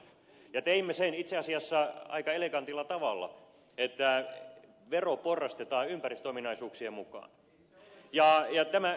ja teimme sen itse asiassa aika elegantilla tavalla eli siten että vero porrastetaan ympäristöominaisuuksien mukaan